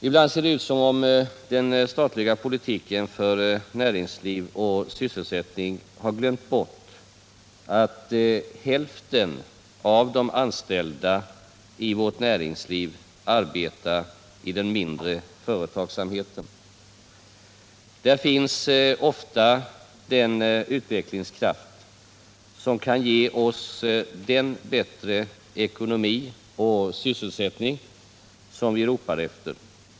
Ibland ser det ut som om den statliga politiken för näringsliv och sysselsättning har glömt bort att hälften av de anställda i vårt näringsliv arbetar i den mindre företagsamheten. Där finns ofta den utvecklingskraft som kan ge oss den bättre ekonomi och sysselsättning som vi ropar efter.